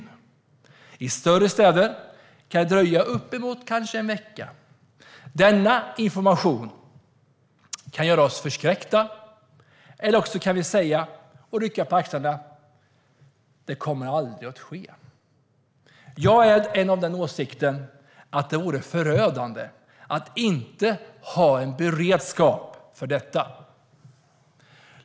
I andra större städer kan det dröja uppemot en vecka. Denna information kan göra oss förskräckta, eller också kan vi rycka på axlarna och säga: Det kommer aldrig att ske. Jag är av den åsikten att det vore förödande att inte ha beredskap för detta.